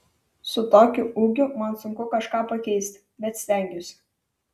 su tokiu ūgiu man sunku kažką pakeisti bet stengiuosi